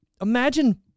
Imagine